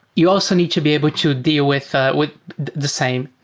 you also need to be able to deal with with the same.